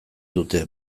dute